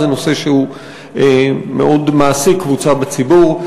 זה נושא שמאוד מעסיק קבוצה בציבור: